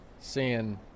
seeing